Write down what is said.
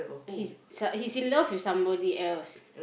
he's he's in love with somebody else